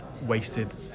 wasted